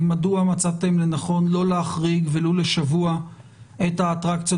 מדוע מצאתם לנכון לא להחריג ולו לשבוע את האטרקציות